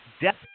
Death